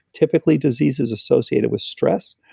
typically diseases associated with stress.